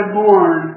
born